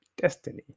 destiny